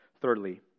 Thirdly